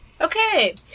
Okay